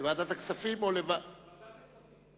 לוועדת הכספים או לוועדת, ועדת הכספים.